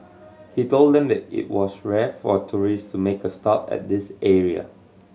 he told them that it was rare for tourist to make a stop at this area